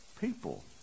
People